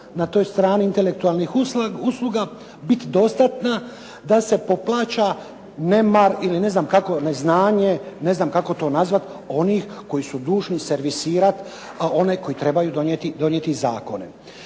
na tj strani intelektualnih usluga biti dostatna da se poplaća nemar ili, ne znam kako, neznanje, ne znam kako to nazvati, onih koji su dužni servisirati one koji trebaju donijeti zakone.